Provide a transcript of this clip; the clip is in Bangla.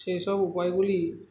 সেই সব উপায়গুলি